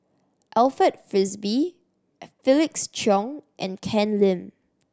Alfred Frisby Felix Cheong and Ken Lim